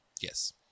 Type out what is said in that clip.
Yes